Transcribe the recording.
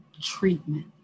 treatment